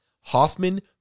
Hoffman